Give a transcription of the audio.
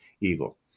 evil